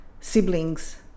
siblings